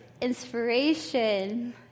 inspiration